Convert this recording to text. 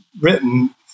written